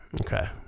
Okay